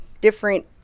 different